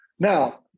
Now